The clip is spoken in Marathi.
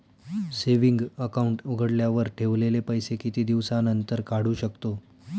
सेविंग अकाउंट उघडल्यावर ठेवलेले पैसे किती दिवसानंतर काढू शकतो?